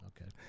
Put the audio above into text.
Okay